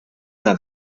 una